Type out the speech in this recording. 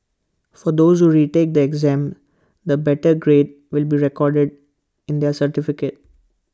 for those who retake the exam the better grade will be recorded in their certificate